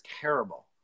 terrible